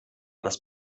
das